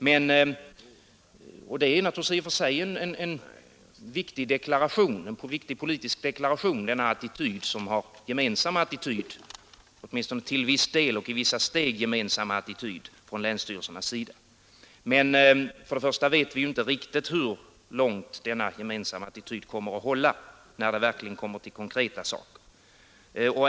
Den åtminstone till viss del och i vissa steg gemensamma attityden från länsstyrelsernas sida är i och för sig en viktig politisk deklaration, men vi vet ju inte riktigt hur långt denna gemensamma attityd kommer att hålla, när det verkligen kommer till konkreta saker.